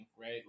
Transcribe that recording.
right